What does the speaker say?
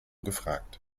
gefragt